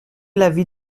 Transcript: l’avis